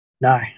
No